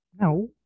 No